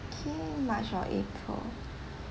okay march or april